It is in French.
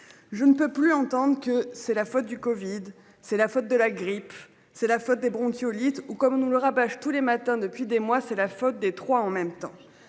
Je ne peux plus entendre que c'est la faute du Covid. C'est la faute de la grippe c'est la faute des bronchiolites ou comme on nous le rabâche tous les matins depuis des mois, c'est la faute des trois en même temps